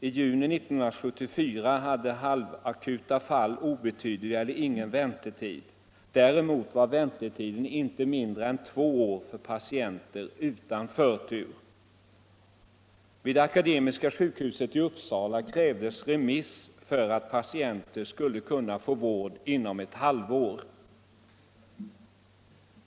I juni 1974 hade halvakuta fall obetydlig eller ingen väntetid. Däremot var väntetiden inte mindre än två år för patienter utan förtur. Vid Akademiska sjukhuset i Uppsala krävdes en remiss för att patienter skulle kunna få vård inom ett halvår.